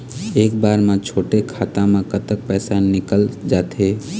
एक बार म छोटे खाता म कतक पैसा निकल जाथे?